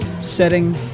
setting